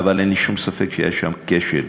אין לי שום ספק שהיה שם כשל,